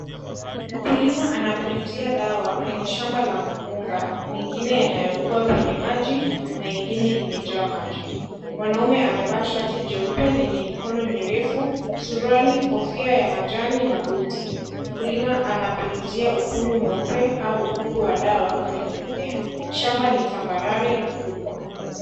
Mkulima anapulizia dawa kwenye shamba la mpunga mengine yanayokuwa kwenye maji na ingine imejaa maji, mwanaume amevaa shati jeupe lenye mikono mirefu, suruali, kofia ya majani na buti, mkulima anapulizia ukungu mweupe au ukungu wa dawa kwenye mimea, shamba ni tambarare na kubwa.